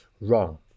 wrong